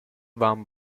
van